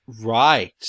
Right